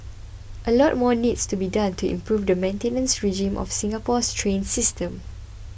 a lot more needs to be done to improve the maintenance regime of Singapore's train system